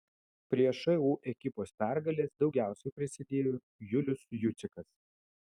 prie šu ekipos pergalės daugiausiai prisidėjo julius jucikas